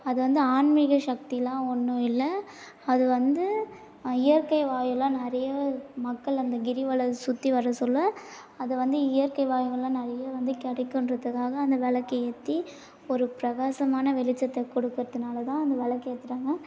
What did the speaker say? அது வந்து ஆன்மீக சக்திலாம் ஒன்றும் இல்லை அது வந்து இயற்கை வாயுலா நிறையா மக்கள் அந்த கிரிவல சுற்றி வர சொல்ல அதை வந்து இயற்கை வாயுங்கள் எல்லாம் வந்து நிறையா வந்து கிடைக்குன்றதுக்காக அந்த விளக்க ஏற்றி ஒரு பிரகாசமான வெளிச்சத்தை கொடுக்குறத்துனாலதான் அந்த விளக்கு ஏற்றுறாங்க